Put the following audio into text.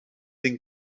den